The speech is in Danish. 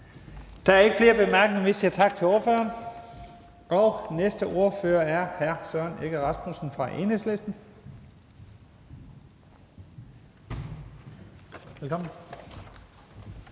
Der er ikke flere korte bemærkninger. Vi siger tak til ordføreren. Og næste ordfører er hr. Søren Egge Rasmussen fra Enhedslisten. Velkommen.